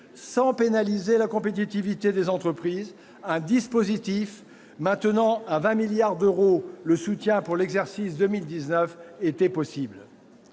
Sans pénaliser la compétitivité des entreprises, un dispositif maintenant à 20 milliards d'euros le soutien pour l'exercice 2019 était possible.